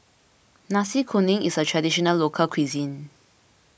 Nasi Kuning is a Traditional Local Cuisine